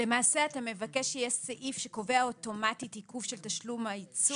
למעשה אתה מבקש שיהיה סעיף שקובע אוטומטית עיכוב של תשלום העיצום